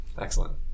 Excellent